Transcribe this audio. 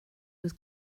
was